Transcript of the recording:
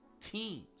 teams